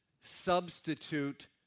substitute